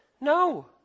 No